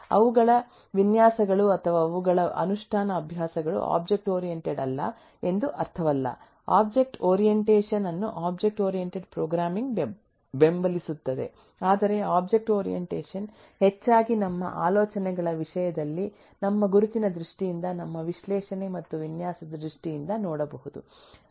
ಅವುಗಳ ವಿನ್ಯಾಸಗಳು ಅಥವಾ ಅವುಗಳ ಅನುಷ್ಠಾನ ಅಭ್ಯಾಸಗಳು ಒಬ್ಜೆಕ್ಟ್ ಓರಿಯಂಟೆಡ್ ಅಲ್ಲ ಎಂದು ಅರ್ಥವಲ್ಲ ಒಬ್ಜೆಕ್ಟ್ ಓರಿಯಂಟೇಶನ್ ಅನ್ನು ಒಬ್ಜೆಕ್ಟ್ ಓರಿಯೆಂಟೆಡ್ ಪ್ರೋಗ್ರಾಮಿಂಗ್ ಬೆಂಬಲಿಸುತ್ತದೆ ಆದರೆ ಒಬ್ಜೆಕ್ಟ್ ಓರಿಯಂಟೇಶನ್ ಹೆಚ್ಚಾಗಿ ನಮ್ಮ ಆಲೋಚನೆಗಳ ವಿಷಯದಲ್ಲಿ ನಮ್ಮ ಗುರುತಿನ ದೃಷ್ಟಿಯಿಂದ ನಮ್ಮ ವಿಶ್ಲೇಷಣೆ ಮತ್ತು ವಿನ್ಯಾಸದ ದೃಷ್ಟಿಯಿಂದ ನೋಡಬಹುದು